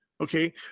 Okay